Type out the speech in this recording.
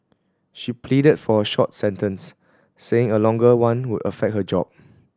she pleaded for a short sentence saying a longer one would affect her job